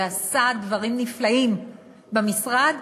ועשה דברים נפלאים במשרד,